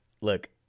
look